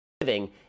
...living